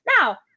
now